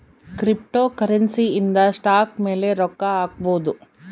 cryptocurrency ಇಂದ stock ಮೇಲೆ ರೊಕ್ಕ ಹಾಕ್ಬೊದು